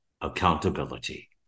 accountability